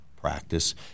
practice